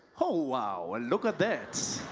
oh wow, look at that.